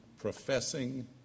professing